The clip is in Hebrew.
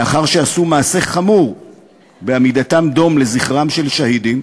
לאחר שעשו מעשה חמור בעמידתם דום לזכרם של שהידים,